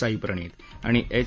साई प्रणिथ आणि एच